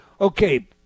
Okay